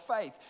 faith